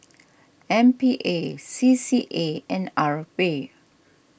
M P A C C A and R P